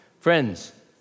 Friends